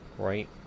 right